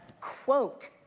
quote